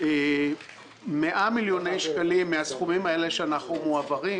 משהו ---- 100 מיליוני שקלים מהסכומים האלה שמועברים,